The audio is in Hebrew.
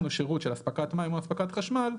הוא שירות של אספקת מים או אספקת חשמל.